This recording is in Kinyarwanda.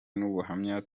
n’ubuhamya